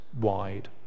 wide